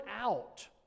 out